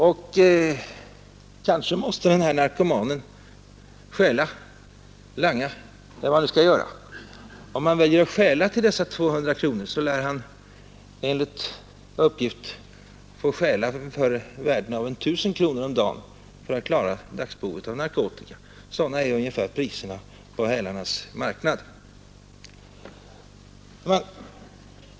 Den här narkomanen måste kanske stjäla eller langa — eller vad han nu skall göra. Om han väljer att stjäla till dessa 200 kronor lär han enligt uppgift få stjäla varor för upp till I 000 kronors värde om dagen för att klara finansieringen av sitt behov av narkotika — ungefär sådana är priserna på hälarnas marknad.